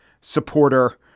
supporter